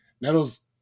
Nettle's